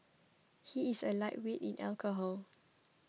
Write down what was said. he is a lightweight in alcohol